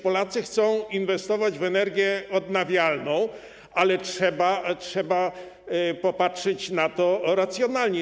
Polacy chcą inwestować w energię odnawialną, ale trzeba popatrzeć na to racjonalnie.